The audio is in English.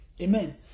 amen